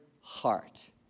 heart